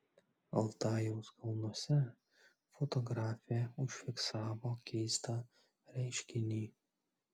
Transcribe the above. altajaus kalnuose fotografė užfiksavo keistą reiškinį